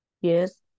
Yes